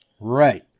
Right